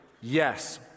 Yes